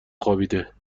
خوابیده